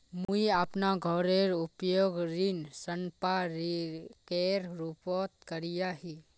मुई अपना घोरेर उपयोग ऋण संपार्श्विकेर रुपोत करिया ही